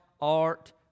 art